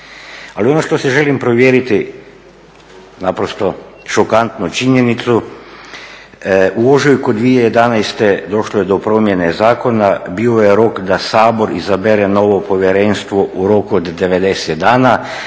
Ali ono što želim provjeriti, naprosto šokantno, činjenicu u ožujku 2011. došlo je do promjene zakona, bio je rok da Sabor izabere novo povjerenstvo u roku od 90 dana,